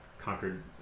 conquered